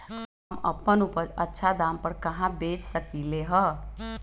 हम अपन उपज अच्छा दाम पर कहाँ बेच सकीले ह?